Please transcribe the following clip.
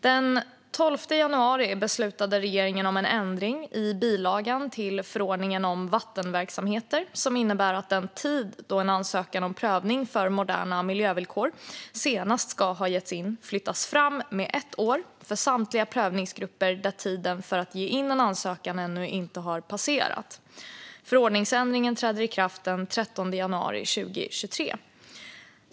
Den 12 januari beslutade regeringen om en ändring i bilagan till förordningen om vattenverksamheter som innebär att den tid då en ansökan om prövning för moderna miljövillkor senast ska ha lämnats in flyttas fram med ett år för samtliga prövningsgrupper där tiden för att lämna in en ansökan ännu inte har passerat. Förordningsändringen träder i kraft den 30 januari 2023.